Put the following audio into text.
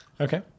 Okay